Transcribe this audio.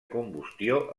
combustió